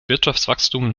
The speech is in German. wirtschaftswachstum